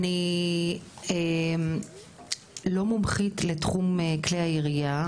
אני לא מומחית לתחום כלי הירייה,